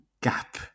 gap